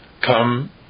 come